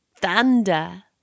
thunder